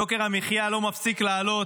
יוקר המחיה לא מפסיק לעלות,